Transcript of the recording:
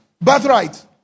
birthright